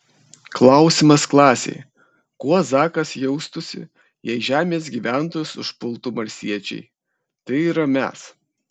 klausimas klasei kuo zakas jaustųsi jei žemės gyventojus užpultų marsiečiai tai yra mes